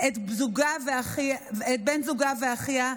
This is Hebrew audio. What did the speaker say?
את בן זוגה ואחיה,